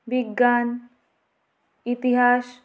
বিজ্ঞান ইতিহাস